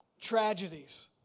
tragedies